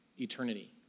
eternity